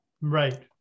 Right